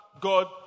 God